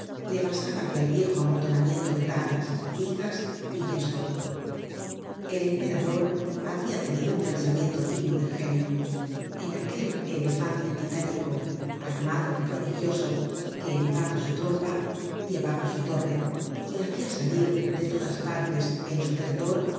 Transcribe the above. le bastaba aquel viejo amontonamiento de tablas vigasy yeso el emperador habia tenido un pensamiento digno del genio en aquel elefante titánico armadq prodigioso que elevaba su trompa llevaba su torre y hacia salir de todas partes en su derredor